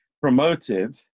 promoted